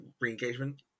re-engagement